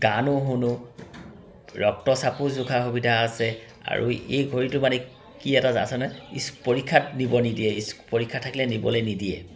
গানো শুনো ৰক্তচাপো জোখা সুবিধা আছে আৰু এই ঘড়ীটো মানে কি এটা আছে ন ইস্ পৰীক্ষাত নিব নিদিয়ে ইস্ পৰীক্ষা থাকিলে নিবলৈ নিদিয়ে